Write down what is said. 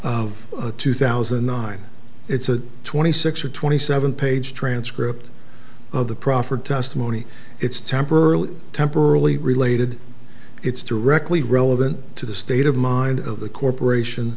of two thousand and nine it's a twenty six or twenty seven page transcript of the proffer testimony it's temporarily temporarily related it's directly relevant to the state of mind of the corporation